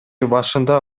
башында